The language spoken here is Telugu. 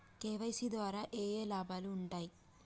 కే.వై.సీ ద్వారా ఏఏ లాభాలు ఉంటాయి?